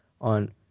on